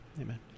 Amen